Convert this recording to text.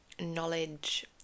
knowledge